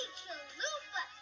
chalupa